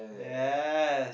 yes